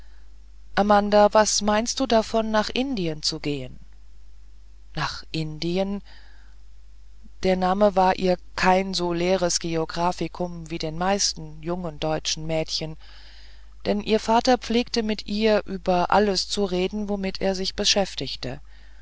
amanda was meinst du davon nach indien zu gehen nach indien der name war ihr kein so leeres geographikum wie den meisten jungen deutschen mädchen denn ihr vater pflegte mit ihr über alles zu reden womit er sich beschäftigte